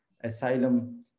asylum